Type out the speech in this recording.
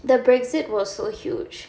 the brexit was so huge